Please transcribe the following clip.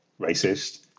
racist